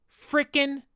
freaking